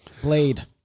Blade